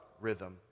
rhythm